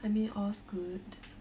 I mean all's good